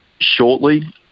shortly